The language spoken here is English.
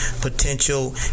potential